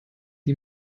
die